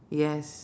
yes